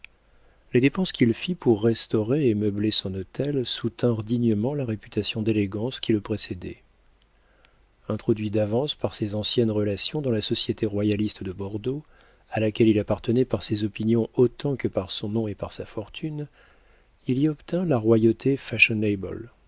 les dépenses qu'il fit pour restaurer et meubler son hôtel soutinrent dignement la réputation d'élégance qui le précédait introduit d'avance par ses anciennes relations dans la société royaliste de bordeaux à laquelle il appartenait par ses opinions autant que par son nom et par sa fortune il y obtint la royauté